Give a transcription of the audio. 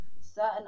certain